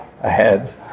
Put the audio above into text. ahead